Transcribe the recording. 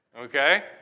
Okay